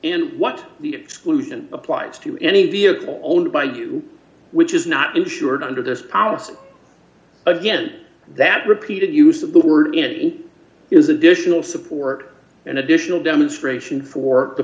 and what the exclusion applies to any vehicle owned by you which is not insured under this policy again that repeated use of the word is additional support and additional demonstration for the